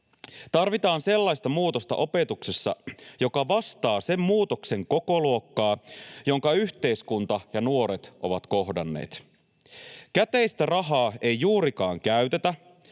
tarvitaan sellaista muutosta, joka vastaa sen muutoksen kokoluokkaa, jonka yhteiskunta ja nuoret ovat kohdanneet: käteistä rahaa ei juurikaan käytetä,